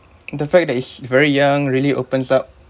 the fact that he's very young really opens up